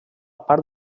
part